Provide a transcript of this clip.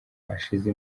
ashyize